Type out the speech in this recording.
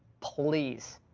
please.